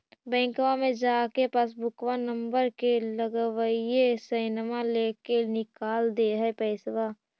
बैंकवा मे जा के पासबुकवा नम्बर मे लगवहिऐ सैनवा लेके निकाल दे है पैसवा?